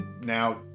now